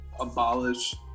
abolish